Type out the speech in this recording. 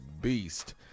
beast